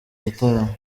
gitaramo